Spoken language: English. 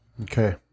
okay